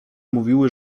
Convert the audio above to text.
mówiły